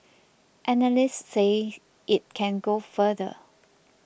analysts say it can go further